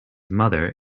mother